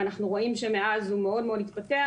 ואנחנו רואים שמאז הוא מאוד מאוד התפתח.